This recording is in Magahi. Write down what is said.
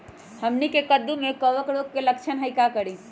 हमनी के कददु में कवक रोग के लक्षण हई का करी?